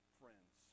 friends